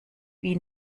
wie